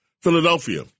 Philadelphia